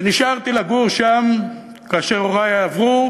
ונשארתי לגור שם כאשר הורי עברו,